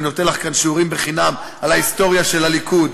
ואני נותן לך כאן שיעורים בחינם על ההיסטוריה של הליכוד.